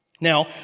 Now